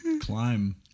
Climb